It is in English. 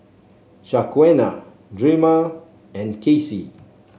Shaquana Drema and Kasey